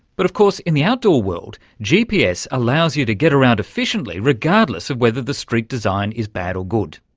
but of course in the outdoor world gps allows you to get around efficiently regardless of whether the street design is bad or good.